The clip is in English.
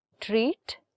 treat